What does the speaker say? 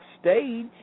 stage